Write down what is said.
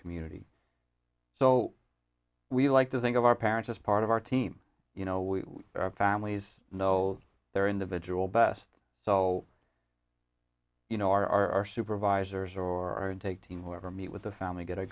community so we like to think of our parents as part of our team you know we our families know their individual best so you know our supervisors or take team whoever meet with the family get a